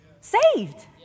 saved